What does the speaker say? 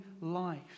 life